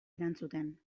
erantzuten